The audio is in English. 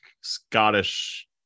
Scottish